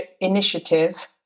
Initiative